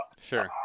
sure